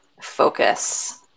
focus